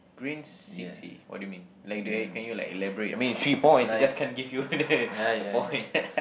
green city what do you mean like do can you like elaborate I mean it's three point so just can't give the the point